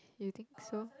you think so